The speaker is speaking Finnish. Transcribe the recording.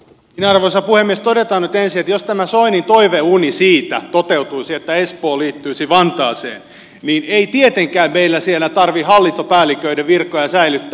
todetaan nyt ensin että jos tämä soinin toiveuni siitä että espoo liittyisi vantaaseen toteutuisi niin ei tietenkään meillä siellä tarvitse hallintopäälliköiden virkoja säilyttää